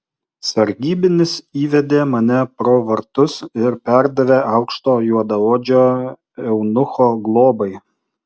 sargybinis įvedė mane pro vartus ir perdavė aukšto juodaodžio eunucho globai